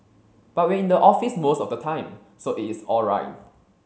but we are in the office most of the time so it is all right